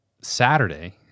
Saturday